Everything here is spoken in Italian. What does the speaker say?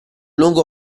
lungo